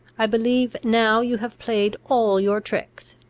i believe now you have played all your tricks,